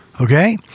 Okay